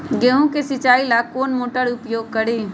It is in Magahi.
गेंहू के सिंचाई ला कौन मोटर उपयोग करी?